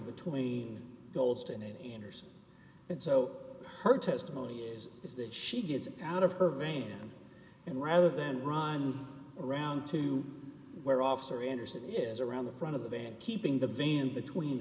anderson and so her testimony is is that she gets out of her van and rather than run around to where officer intercity is around the front of the van keeping the van between